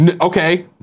okay